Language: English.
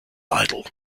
idle